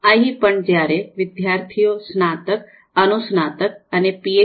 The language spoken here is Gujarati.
અહીં પણ જ્યારે વિદ્યાર્થીઓ સ્નાતક અનુસ્નાતક અને પીએચ